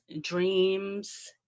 dreams